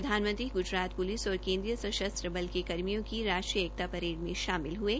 प्रधानमंत्री ग्जरात प्लिस और केन्द्रीय सशस्त्र बल के कर्मियों की राष्ट्रीय एकता परेड में शामिल ह्ये